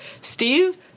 Steve